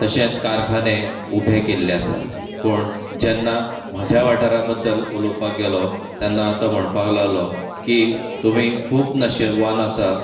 तशेंच कारखाने उबे केल्ले आसा पूण जेन्ना म्हाज्या वाठारा बद्दल उलोवपाक गेलो तेन्ना तो म्हणपाक लागलो की तुमी खूब नशिबवान आसा